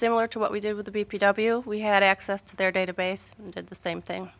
similar to what we did with the b p w we had access to their database and at the same thing